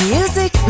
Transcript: Music